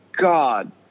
god